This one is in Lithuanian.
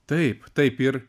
taip taip ir